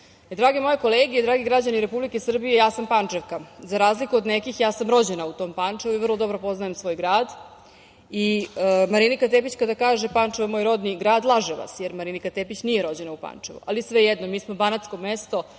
moje kolege, dragi građani Republike Srbije, ja sam Pančevka. Za razliku od nekih, ja sam rođena u tom Pančevu i vrlo dobro poznajem svoj grad i Marinika Tepić kada kaže – Pančevo je moj rodni grad, laže vas, jer Marinika Tepić nije rođena u Pančevu, ali svejedno. Mi smo banatsko mesto,